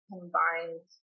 combined